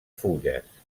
fulles